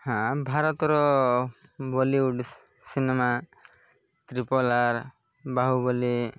ହଁ ଭାରତର Bollywood cinema triple R Baahubali